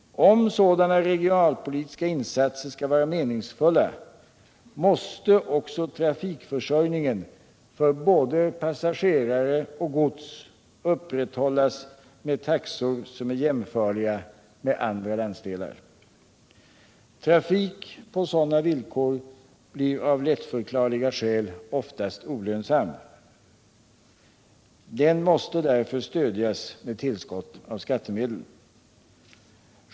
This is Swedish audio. Om sådana regionalpolitiska insatser skall vara meningsfulla måste också trafikförsörjningen för både passagerare och gods upprätthållas med taxor som är jämförliga med taxorna i andra landsdelar. Trafik på sådana villkor blir av lättförklarliga skäl oftast olönsam. Den måste därför stödjas med tillskott av skattemedel.